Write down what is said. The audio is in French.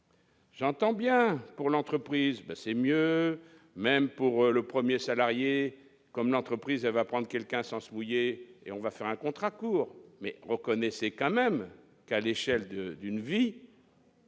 J'entends bien pour l'entreprise, mais c'est mieux, même pour le 1er salarié comme l'entreprise va prendre quelqu'un sans se mouiller et on va faire un contrat court mais reconnaissez quand même qu'à l'échelle de d'une vie.